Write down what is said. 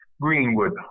Greenwood